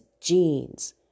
genes